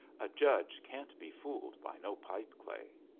a judge can't be fooled by no pipe-clay.